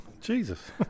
Jesus